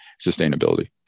sustainability